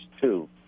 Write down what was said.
two